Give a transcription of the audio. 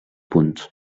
punts